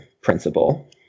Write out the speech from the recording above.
principle